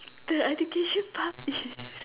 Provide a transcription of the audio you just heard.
the education part is